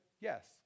Yes